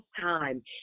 time